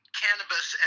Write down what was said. cannabis